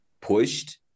pushed